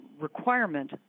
requirement